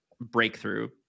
breakthrough